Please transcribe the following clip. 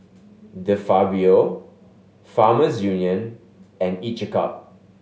De Fabio Farmers Union and Each a Cup